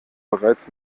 bereits